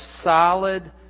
solid